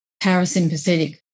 parasympathetic